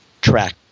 track